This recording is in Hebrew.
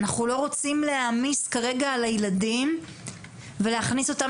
אנחנו לא רוצים להעמיס כרגע על הילדים ולהכניס אותם